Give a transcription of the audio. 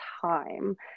time